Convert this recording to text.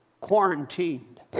quarantined